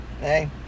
hey